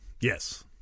Yes